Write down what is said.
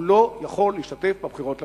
הוא לא יכול להשתתף בבחירות לכנסת.